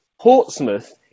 Portsmouth